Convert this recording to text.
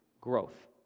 growth